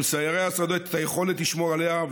ולסיירי השדות את היכולת לשמור עליה,